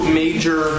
major